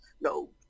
no